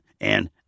and